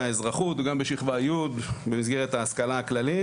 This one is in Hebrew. האזרחות וגם בשכבה י' במסגרת ההשכלה הכללית,